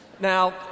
Now